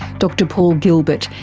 dr paul gilbert,